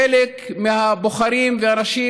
חלק מהבוחרים והאנשים,